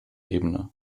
ebene